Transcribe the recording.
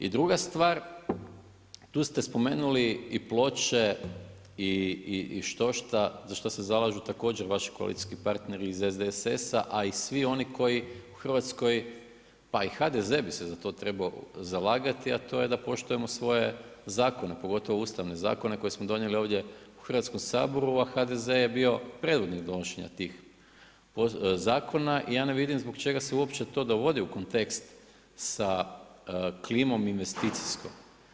I druga stvar, tu ste spomenuli i Ploče i štošta za što se zalažu također vaši koalicijski partneri iz SDSS-a, a i svi oni koji u Hrvatskoj pa i HDZ bi se za to trebao zalagati, a to je da poštujemo svoje zakone, pogotovo ustavne zakone koje smo donijeli ovdje u Hrvatskom saboru, a HDZ je bio predvodnik donošenja tih zakona. i ja ne vidim zbog čega se to uopće dovodi u kontekst sa klimom investicijskom.